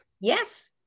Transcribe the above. Yes